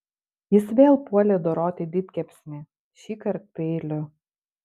jis vėl puolė doroti didkepsnį šįkart peiliu